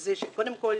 זה שקודם כל,